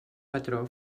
patró